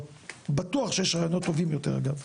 בטוח שיש רעיון טובים יותר אגב,